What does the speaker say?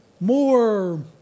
more